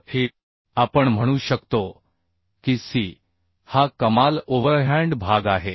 तर हे आपण म्हणू शकतो की सी हा कमाल ओव्हरहँड भाग आहे